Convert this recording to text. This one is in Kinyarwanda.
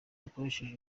ukoresheje